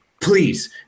please